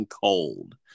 cold